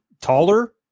taller